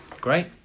Great